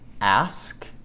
ask